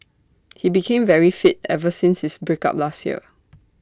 he became very fit ever since his break up last year